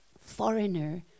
foreigner